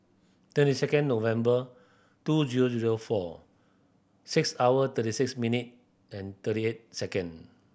twenty second November two zero zero four six hour thirty six minute and thirty eight second